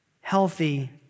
healthy